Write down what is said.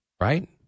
right